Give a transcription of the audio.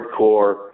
hardcore